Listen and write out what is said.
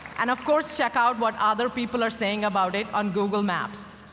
and, of course, check out what other people are saying about it on google maps.